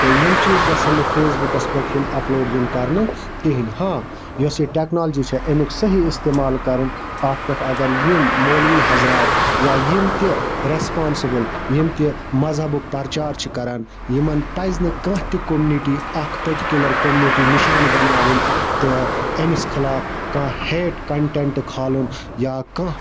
تہٕ یِم چیٖز گَژھَن نہٕ فیس بُکَس پٮ۪ٹھ یِن اَپلوڈ یِن کَرنہٕ کِہیٖنۍ ہاں یۄس یہِ ٹیٚکنالجی چھےٚ امیُک صحیح استعمال کَرُن اَتھ پیٹھ اگر یِم مولوی حضرات یا یِم تہِ رٮ۪سپانسِبٕل یِم تہِ مَذہَبُک پَرچار چھِ کَرَن یِمَن پَزِ نہٕ کانٛہہ تہِ کوٚمنِٹی اکھ پٔٹِکیوٗلَر کٔمنِٹی نِشانہٕ بَناوٕنۍ تہٕ أمِس خلاف کانٛہہ ہیٹ کَنٹیٚنٹ کھالُن یا کانٛہہ